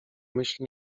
myśl